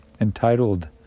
entitled